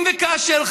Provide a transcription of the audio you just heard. אם וכאשר,